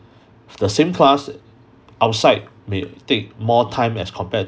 the same class outside may take more time as compared